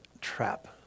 trap